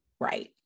Right